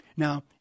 Now